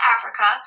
Africa